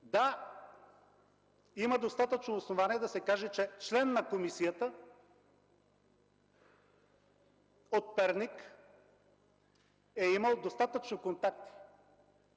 Да, има достатъчно основание да се каже, че член на комисията от Перник е имал достатъчно контакти